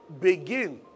begin